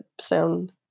sound